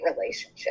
relationship